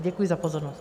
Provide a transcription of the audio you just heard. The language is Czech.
Děkuji za pozornost.